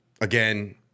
again